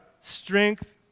strength